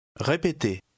Répétez